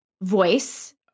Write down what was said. voice